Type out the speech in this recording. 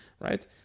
right